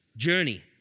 journey